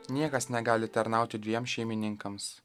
niekas negali tarnauti dviem šeimininkams